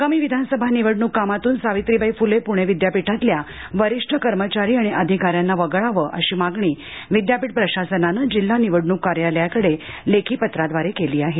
आगामी विधानसभा निवडणूक कामातून सावित्रीबाई फुले पुणे विद्यापीठातल्या वरिष्ठ कर्मचारी आणि अधिकाऱ्यांना वगळावं अशी मागणी विद्यापीठ प्रशासनानं जिल्हा निवडणूक कार्यालयाकडे लेखी पत्राद्वारे केली आहे